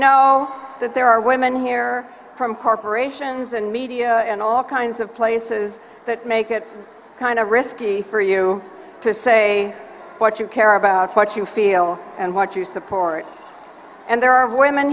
know that there are women here from corporations and media and all kinds of places that make it kind of risky for you to say what you care about what you feel and what you support and there are women